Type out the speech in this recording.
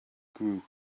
group